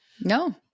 no